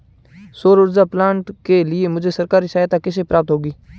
सौर ऊर्जा प्लांट के लिए मुझे सरकारी सहायता कैसे प्राप्त होगी?